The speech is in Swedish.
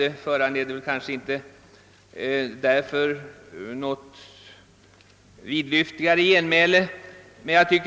Denna föranleder därför inte någon vidlyftigare kommentar från min sida.